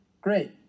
great